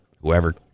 whoever